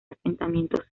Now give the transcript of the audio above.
asentamientos